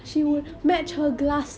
ya